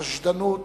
חשדנות,